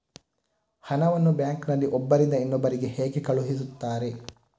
ಹಣವನ್ನು ಬ್ಯಾಂಕ್ ನಲ್ಲಿ ಒಬ್ಬರಿಂದ ಇನ್ನೊಬ್ಬರಿಗೆ ಹೇಗೆ ಕಳುಹಿಸುತ್ತಾರೆ?